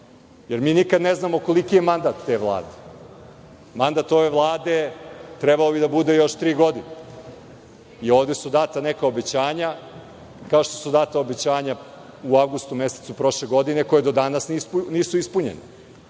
jer mi nikada ne znamo koliki je mandat te Vlade. Mandat ove Vlade trebao bi da bude još tri godine. Ovde su data neka obećanja, kao što su data obećanja u avgustu mesecu prošle godine, koja do danas nisu ispunjena.